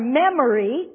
memory